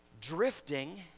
drifting